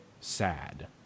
sad